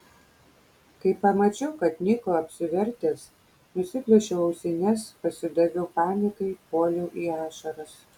kai pamačiau kad niko apsivertęs nusiplėšiau ausines pasidaviau panikai puoliau į ašaras